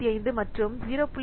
65 மற்றும் 0